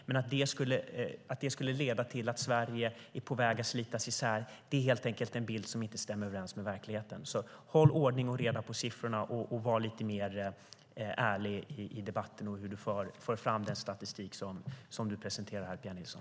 Men att det skulle leda till att Sverige är på väg att slitas isär är helt enkelt en bild som inte stämmer överens med verkligheten. Håll därför ordning och reda på siffrorna, och var lite mer ärlig i debatten när du fram den statistik som du presenterar här, Pia Nilsson.